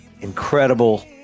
incredible